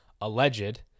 alleged